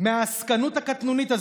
מהעסקנות הקטנונית הזו.